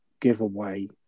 giveaway